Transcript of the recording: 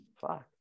Fuck